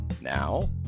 Now